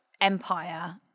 empire